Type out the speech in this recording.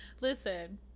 Listen